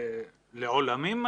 לעולמים?